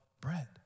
bread